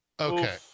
Okay